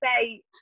say